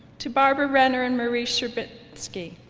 to barbara renner and marie sherbinsky